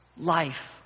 life